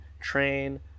train